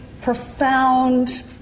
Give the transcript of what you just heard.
profound